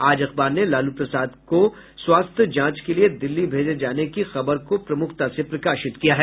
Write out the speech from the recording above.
आज अखबार ने लालू प्रसाद को स्वास्थ्य जांच के लिए दिल्ली भेजे जाने की खबर को प्रमुखता से प्रकाशित किया है